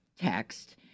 text